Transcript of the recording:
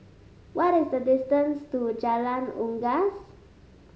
what is the distance to Jalan Unggas